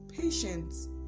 patience